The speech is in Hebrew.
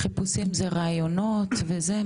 חיפושים זה ראיונות וזה?